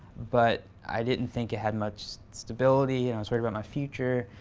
but, i didn't think it had much stability. and i was worried about my future.